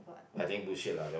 I think bullshit lah that one